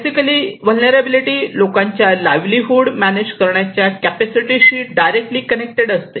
basically vulnerability लोकांच्या livelihood manage करण्याच्या कॅपॅसिटीशि डायरेक्टली कनेक्टेड असते